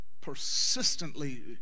persistently